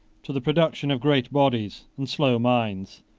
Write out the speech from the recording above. to the production of great bodies and slow minds,